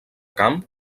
camp